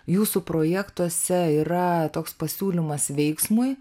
jūsų projektuose yra toks pasiūlymas veiksmui